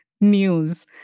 news